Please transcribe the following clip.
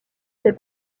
fait